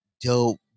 dope